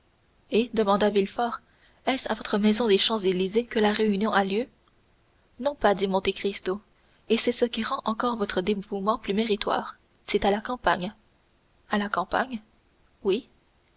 et demanda villefort est-ce à votre maison des champs-élysées que la réunion a lieu non pas dit monte cristo et c'est ce qui rend encore votre dévouement plus méritoire c'est à la campagne à la campagne oui